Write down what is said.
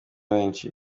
menshi